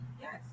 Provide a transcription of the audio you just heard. Yes